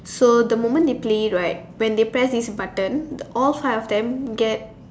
so the moment they play it right when they press this button all five of them get